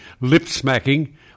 lip-smacking